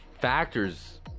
factors